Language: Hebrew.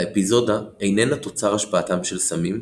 האפיזודה איננה תוצר השפעתם של סמים,